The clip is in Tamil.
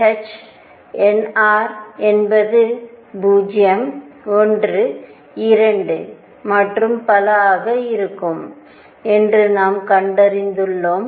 nr என்பது 0 1 2 மற்றும் பல ஆக இருக்கும் என்று நாம் கண்டறிந்துள்ளோம்